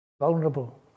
vulnerable